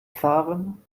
fahren